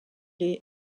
les